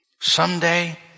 Someday